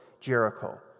Jericho